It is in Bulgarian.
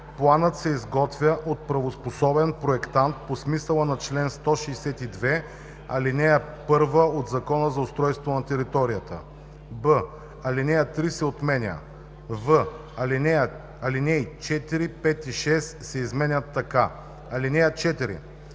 „Планът се изготвя от правоспособен проектант по смисъла на чл. 162, ал. 1 от Закона за устройство на територията.“; б) алинея 3 се отменя; в) алинеи 4, 5 и 6 се изменят така: „(4)